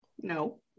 No